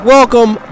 Welcome